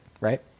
right